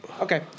Okay